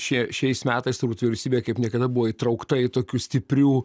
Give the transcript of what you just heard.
šie šiais metais turbūt vyriausybė kaip niekada buvo įtraukta į tokių stiprių